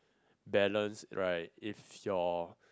balance right if your